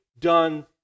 done